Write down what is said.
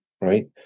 right